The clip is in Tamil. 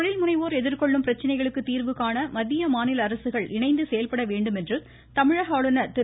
தொழில்முனைவோர் எதிர்கொள்ளும் பிரச்சினைகளுக்கு தீர்வுகாண மத்திய மாநில அரசுகள் இணைந்து செயல்பட வேண்டும் என்று தமிழக ஆளுநர் திரு